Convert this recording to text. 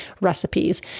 recipes